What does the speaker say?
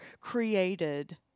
created